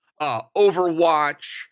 Overwatch